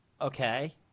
Okay